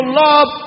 love